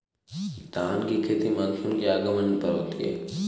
धान की खेती मानसून के आगमन पर होती है